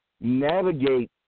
navigate